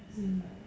mm